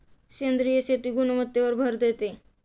सेंद्रिय शेती गुणवत्तेवर भर देते